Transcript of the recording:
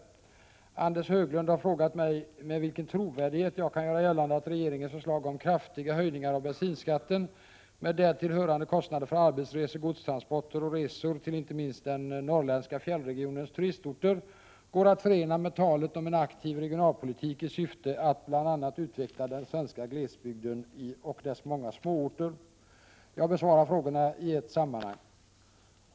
117 Anders G Högmark har frågat mig med vilken trovärdighet jag kan göra gällande att regeringens förslag om kraftiga höjningar av bensinskatten, med därtill hörande kostnader för arbetsresor, godstransporter och resor till inte minst den norrländska fjällregionens turistorter, går att förena med talet om en aktiv regionalpolitik i syfte att bl.a. utveckla den svenska glesbygden och dess många småorter. Jag besvarar frågorna i ett sammanhang.